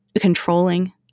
controlling